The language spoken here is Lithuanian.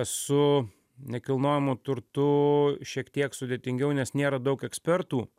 su nekilnojamu turtu šiek tiek sudėtingiau nes nėra daug ekspertų